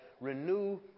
renew